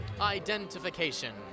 identification